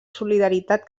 solidaritat